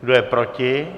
Kdo je proti?